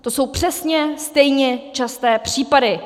To jsou přesně stejně časté případy.